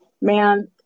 Man